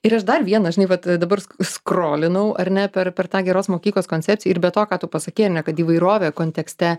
ir aš dar vieną žinai vat dabar skrolinau ar ne per per tą geros mokyklos koncepciją ir be to ką tu pasakei kad įvairovė kontekste